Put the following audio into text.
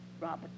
Robert